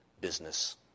business